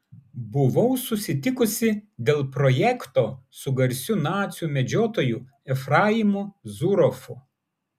buvau susitikusi dėl projekto su garsiu nacių medžiotoju efraimu zuroffu